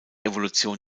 evolution